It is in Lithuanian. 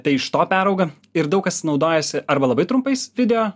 tai iš to perauga ir daug kas naudojasi arba labai trumpais video